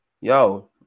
Yo